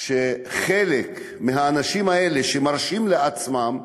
שחלק מהאנשים האלה מרשים לעצמם,